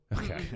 Okay